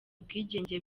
ubwigenge